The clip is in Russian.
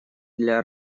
для